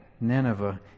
Nineveh